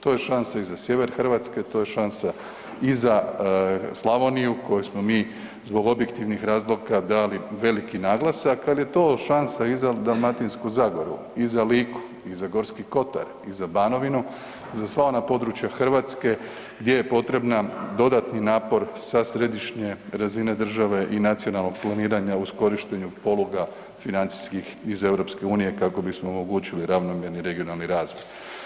To je šansa i za sjever Hrvatske, to je šansa i za Slavoniju koju smo mi zbog objektivnih razloga da li veliki naglasak, ali je to šansa i za Dalmatinsku zagoru, i za Liku, i za Gorski kotar i za Banovinu za sva ona područja Hrvatske gdje je potreban dodatni napor sa središnje razine države i nacionalnog planiranja uz korištenje poluga financijskih iz EU kako bismo omogućili ravnomjerni regionalni razvoj.